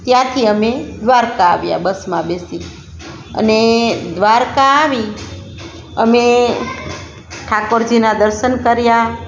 ત્યાંથી અમે દ્વારકા આવ્યા બસમાં બેસી અને દ્વારકા આવી અમે ઠાકોરજીનાં દર્શન કર્યાં